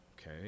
okay